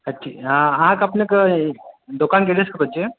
जी हाँ अहाँक अपनेक ई दोकान कतेक बजे खुलैत छै